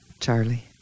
Charlie